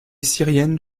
syrienne